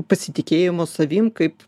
pasitikėjimo savim kaip